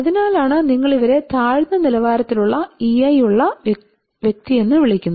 അതിനാലാണ് നിങ്ങൾ ഇവരെ താഴ്ന്ന നിലവാരത്തിലുള്ള EI ഉള്ള വ്യക്തിയെന്ന് വിളിക്കുന്നത്